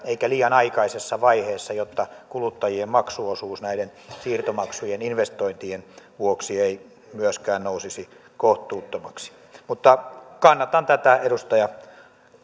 eikä liian aikaisessa vaiheessa jotta kuluttajien maksuosuus näiden siirtomaksujen investointien vuoksi ei myöskään nousisi kohtuuttomaksi kannatan tätä edustaja